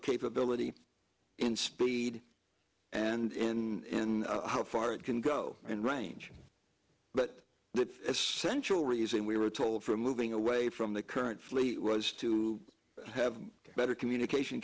capability in speed and in how far it can go in range but the essential reason we were told for moving away from the current fleet was to have better communication